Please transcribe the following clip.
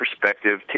perspective